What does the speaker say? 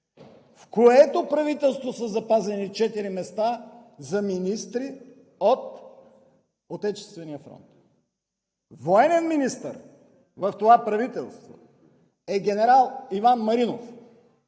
в което правителство са запазени четири места за министри от Отечествения фронт! Военен министър в това правителство е генерал Иван Маринов